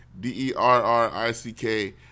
D-E-R-R-I-C-K